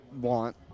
want